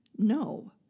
No